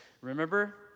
Remember